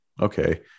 okay